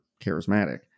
charismatic